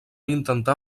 intentar